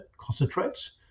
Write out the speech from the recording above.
concentrates